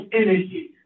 energy